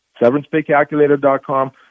severancepaycalculator.com